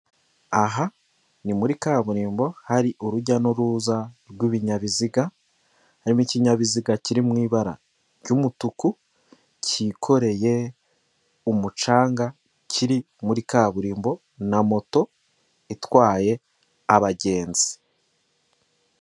Aha ni muri kaburimbo, hari urujya n'uruza rw'ibinyabiziga, harimo ikinkinyabiziga kiri mwi ibara ry'umutuku cyikoreye umucanga kiri muri kaburimbo, na moto itwaye abagenzi.